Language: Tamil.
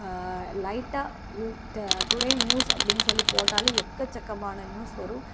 லைட்டாக யூ டே டுடே நியூஸ் அப்படின்னு சொல்லி போட்டாலே எக்கச்சக்கமான நியூஸ் வரும்